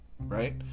right